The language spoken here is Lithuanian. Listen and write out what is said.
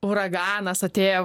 uraganas atėjo